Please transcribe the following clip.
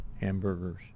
hamburgers